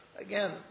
again